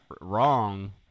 Wrong